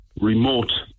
remote